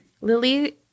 Lily